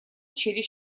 через